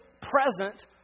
present